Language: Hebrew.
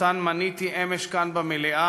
שמניתי אמש כאן במליאה,